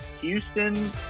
Houston